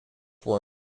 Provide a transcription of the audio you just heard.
were